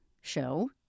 show